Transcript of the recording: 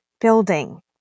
building